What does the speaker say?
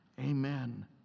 amen